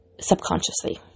subconsciously